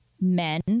men